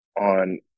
on